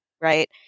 Right